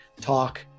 talk